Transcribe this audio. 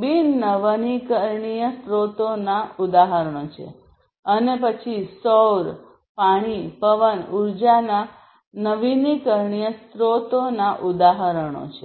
બિન નવીનીકરણીય સ્રોતોના ઉદાહરણો છે અને પછી સૌર પાણી પવન ઉર્જાના નવીનીકરણીય સ્રોતોના ઉદાહરણો છે